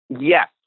Yes